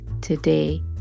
Today